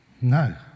No